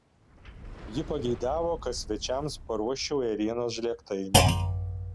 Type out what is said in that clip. ji pageidavo kad svečiams paruoščiau ėrienos žlėgtainių